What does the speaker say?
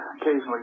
occasionally